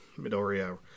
Midoriya